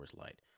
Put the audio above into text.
Light